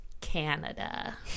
Canada